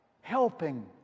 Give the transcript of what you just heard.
helping